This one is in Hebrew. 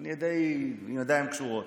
אני אהיה עם ידיים קשורות.